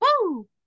Woo